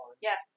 Yes